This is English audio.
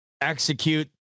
execute